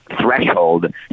threshold